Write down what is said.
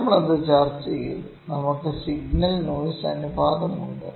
നമ്മൾ അത് ചർച്ച ചെയ്തു നമുക്ക് സിഗ്നൽ നോയ്സ് അനുപാതം ഉണ്ട്